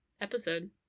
episode